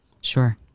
Sure